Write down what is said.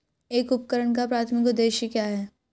एक उपकरण का प्राथमिक उद्देश्य क्या है?